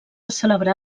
celebrà